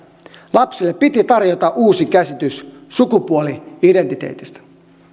lapsille piti tarjota uusi käsitys sukupuoli identiteetistä